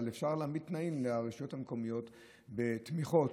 אבל אפשר להעמיד תנאים לרשויות המקומיות בתמיכות